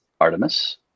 Artemis